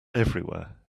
everywhere